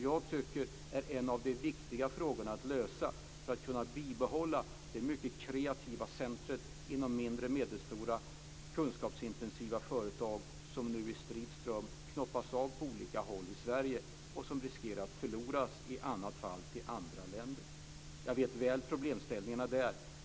Jag tycker att detta är en av de viktiga frågor som måste lösas för att man ska kunna bibehålla det mycket kreativa centrum inom mindre och medelstora kunskapsintensiva företag som nu i strid ström knoppas av på olika håll i Sverige och som i annat fall riskerar att förloras till andra länder. Jag känner väl till problemen i detta sammanhang.